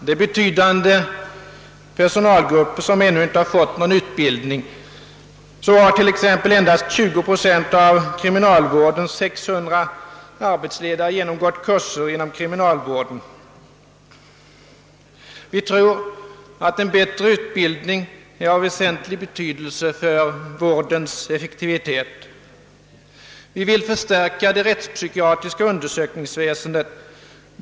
Det finns betydande personalgrupper som ännu inte har fått någon utbildning — sålunda har exempelvis endast 20 procent av kriminalvårdens 600 arbetsledare genomgått kurser inom kriminalvården. Vi tror att en förbättrad utbildning är av väsentlig betydelse för vårdens effektivitet. Vi vill förstärka det rättspsykiatriska undersökningsväsendet.